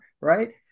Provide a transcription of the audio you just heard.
right